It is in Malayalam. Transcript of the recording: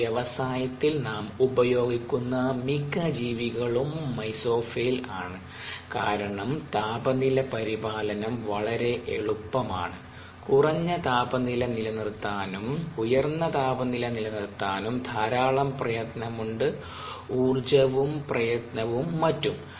ഒരു വ്യവസായത്തിൽ നാം ഉപയോഗിക്കുന്ന മിക്ക ജീവികളും മെസോഫിൽസ് ആണ് കാരണം താപനില പരിപാലനം വളരെ എളുപ്പമാണ് കുറഞ്ഞ താപനില നിലനിർത്താനും ഉയർന്ന താപനില നിലനിർത്താനും ധാരാളം പ്രയത്നം ഉണ്ട് ഊർജ്ജവും പ്രയത്നവും മറ്റും